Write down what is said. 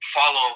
follow